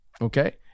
Okay